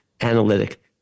analytic